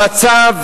המצב